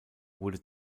wurde